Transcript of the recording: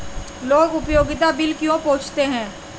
लोग उपयोगिता बिल क्यों पूछते हैं?